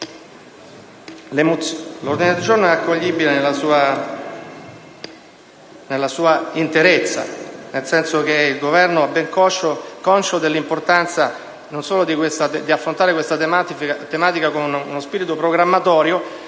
L'ordine del giorno G1 è accoglibile nella sua interezza, nel senso che il Governo non solo è ben conscio dell'importanza di affrontare questa tematica con spirito programmatorio,